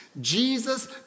Jesus